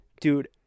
Dude